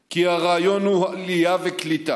כי הרעיון הוא עלייה וקליטה,